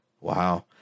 wow